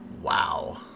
Wow